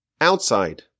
outside